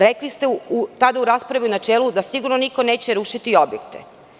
Rekli ste tada u raspravi u načelu, da sigurno niko neće rušiti objekte.